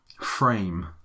frame